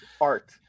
art